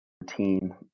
routine